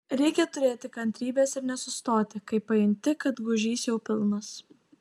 reikia turėti kantrybės ir nesustoti kai pajunti kad gūžys jau pilnas